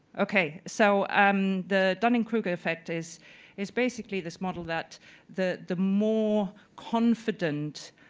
okay. so um the dunn and kruger effect is is basically this model that the the more confident